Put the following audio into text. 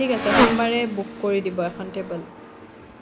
ঠিক আছে সোমবাৰে বুক কৰি দিব এখন টেবুল